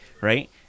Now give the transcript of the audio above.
right